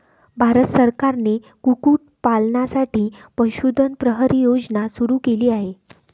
भारत सरकारने कुक्कुटपालनासाठी पशुधन प्रहरी योजना सुरू केली आहे